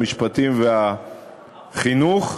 המשפטים והחינוך.